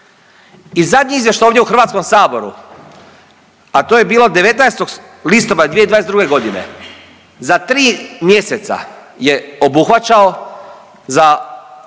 I zadnji izvještaj ovdje u Hrvatskom saboru, a to je bilo 19. listopada 2022. godine za tri mjeseca je obuhvaćao za